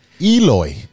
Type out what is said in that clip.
Eloy